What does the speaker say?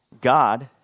God